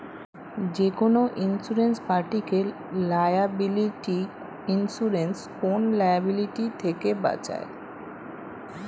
যেকোনো ইন্সুরেন্স পার্টিকে liability insurance কোন লায়াবিলিটি থেকে বাঁচায়